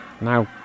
Now